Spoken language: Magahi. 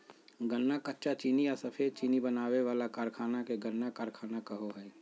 गन्ना कच्चा चीनी या सफेद चीनी बनावे वाला कारखाना के गन्ना कारखाना कहो हइ